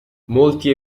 molti